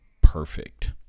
perfect